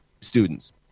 students